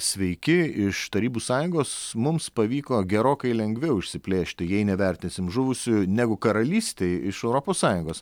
sveiki iš tarybų sąjungos mums pavyko gerokai lengviau išsiplėšti jei nevertinsim žuvusių negu karalystei iš europos sąjungos